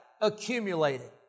accumulated